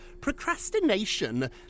Procrastination